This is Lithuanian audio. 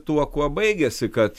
tuo kuo baigėsi kad